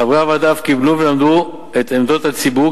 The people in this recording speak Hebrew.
חברי הוועדה אף קיבלו ולמדו את עמדות הציבור,